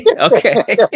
Okay